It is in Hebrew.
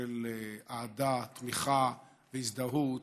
של אהדה, תמיכה והזדהות